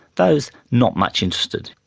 those not much interested